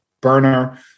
burner